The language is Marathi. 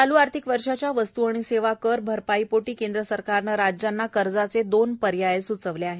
चालू आर्थिक वर्षाच्या वस्तू आणि सेवा कर भरपाईसाठी केंद्र सरकारनं राज्यांना कर्जाचे दोन पर्याय स्चवले आहेत